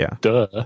duh